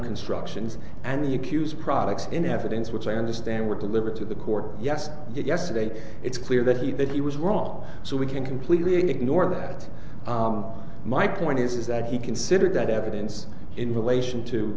construction and you cues products in evidence which i understand were delivered to the court yes yesterday it's clear that he but he was wrong so we can completely ignore that my point is that he considered that evidence in relation to